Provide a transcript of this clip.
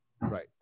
right